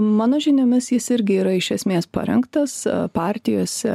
mano žiniomis jis irgi yra iš esmės parengtas partijose